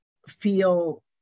Feel